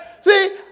see